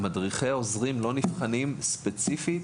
מדריכי העוזרים בחו"ל לא נבחנים ספציפית